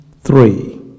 three